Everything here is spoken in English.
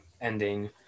ending